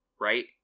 right